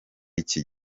iki